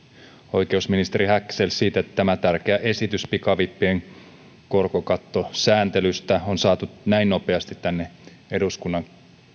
oikeusministeri häkkäselle siitä että tämä tärkeä esitys pikavippien korkokattosääntelystä on saatu näin nopeasti tänne eduskunnan